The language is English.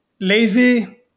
lazy